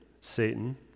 Satan